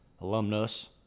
alumnus